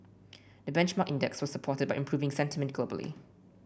the benchmark index was supported by improving sentiment globally